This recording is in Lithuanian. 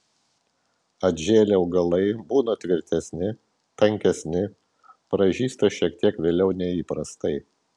atžėlę augalai būna tvirtesni tankesni pražysta šiek tiek vėliau nei įprastai